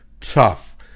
Tough